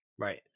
Right